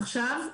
עכשיו,